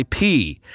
IP